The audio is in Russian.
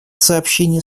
сообщения